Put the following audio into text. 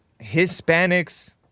Hispanics